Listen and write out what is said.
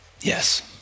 yes